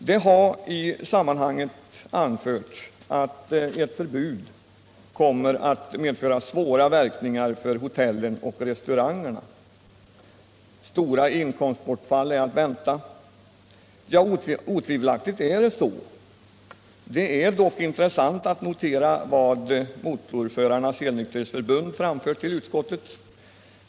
Det har i sammanhanget anförts att ett förbud kommer att medföra svåra verkningar för hotellen och restaurangerna: stora inkomstbortfall är att vänta. Otvivelaktigt är det så, men det är intressant att notera vad Motorförarnas helnykterhetsförbund framfört till utskottet.